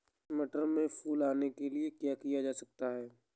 मटर में फूल आने के लिए क्या किया जा सकता है?